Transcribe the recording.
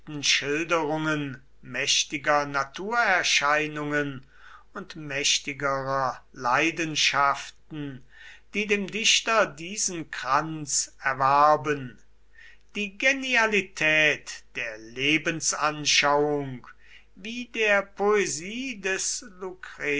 schilderungen mächtiger naturerscheinungen und mächtigerer leidenschaften die dem dichter diesen kranz erwarben die genialität der lebensanschauung wie der poesie des